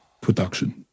production